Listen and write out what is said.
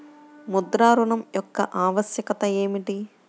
ముద్ర ఋణం యొక్క ఆవశ్యకత ఏమిటీ?